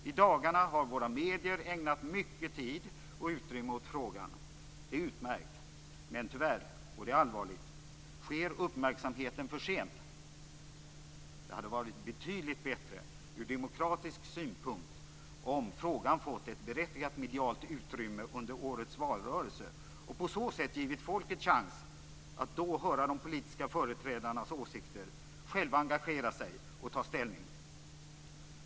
I dagarna har våra medier ägnat mycket tid och utrymme åt frågan. Det är utmärkt. Men tyvärr, och det är allvarligt, kommer uppmärksamheten för sent. Det hade varit betydligt bättre ur demokratisk synpunkt om frågan fått ett berättigat medialt utrymme under årets välrörelse. På så sätt hade folket givits chansen att höra de politiska företrädarnas åsikter och själva engagera sig och ta ställning.